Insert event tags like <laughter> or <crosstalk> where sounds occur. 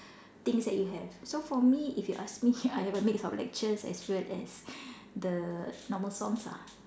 things that you have so for me if you ask me I have a mix of lectures as well as <breath> the normal songs ah